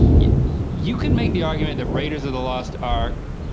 you could make the argument that raiders of the lost ark